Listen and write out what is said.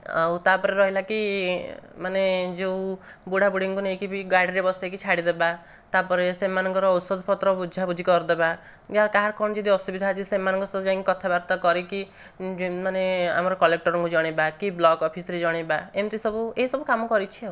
ଆଉ ତାପରେ ରହିଲା କି ମାନେ ଯେଉଁ ବୁଢ଼ାବୁଢ଼ୀଙ୍କ ନେଇକି ବି ଗାଡ଼ିରେ ବସେଇକି ଛାଡ଼ିଦେବା ତାପରେ ସେମାନଙ୍କର ଓଷଧପତ୍ର ବୁଝାବୁଝି କରିଦେବା ଯାହା କାହାର କ'ଣ ଯଦି ଅସୁବିଧା ଅଛି ସେମାନଙ୍କ ସହ ଯାଇକି କଥାବାର୍ତ୍ତା କରିକି ମାନେ ଆମର କଲେକ୍ଟରଙ୍କୁ ଜଣେଇବା କି ବ୍ଲକ୍ ଅଫିସ୍ରେ ଜଣେଇବା ଏମିତି ସବୁ ଏହିସବୁ କାମ କରିଛି ଆଉ